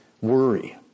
Worry